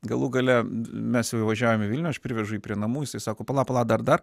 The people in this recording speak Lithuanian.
galų gale mes įvažiavom į vilnių aš privežu jį prie namų jisai sako pala pala dar dar